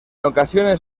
ocasiones